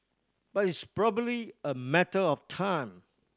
but it's probably a matter of time